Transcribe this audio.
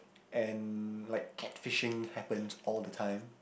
and like catfishing happens all the time